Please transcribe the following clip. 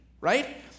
right